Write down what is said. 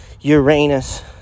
Uranus